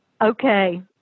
Okay